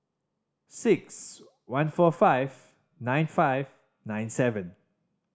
six one four five nine five nine seven